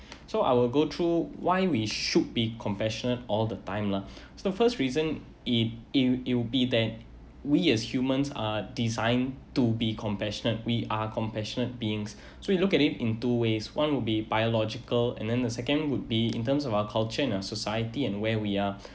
so I will go through why we should be compassionate all the time lah so first reason it it'll it'll be then we as humans are designed to be compassionate we are compassionate beings so look at it in two ways one would be biological and then the second would be in terms of our culture and our society and where we are